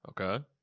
Okay